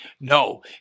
no